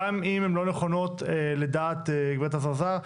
גם אם הן לא נכונות לדעת גברת אזרזר,